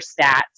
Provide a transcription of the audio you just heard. stats